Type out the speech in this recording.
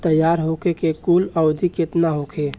तैयार होखे के कुल अवधि केतना होखे?